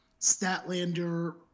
Statlander